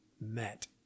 met